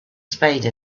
spade